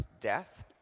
death